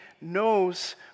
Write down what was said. knows